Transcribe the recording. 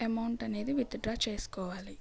amount అనేది withdraw చేసుకోవాలి